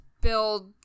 build